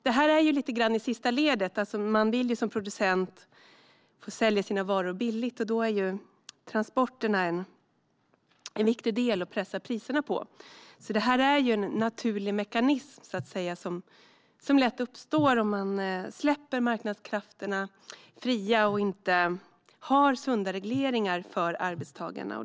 Detta är lite grann i sista ledet - man vill ju som producent sälja sina varor billigt, och då är transporterna en viktig del att pressa priserna i. Det är alltså en naturlig mekanism, som lätt uppstår om vi släpper marknadskrafterna fria och inte har sunda regleringar för arbetstagarna.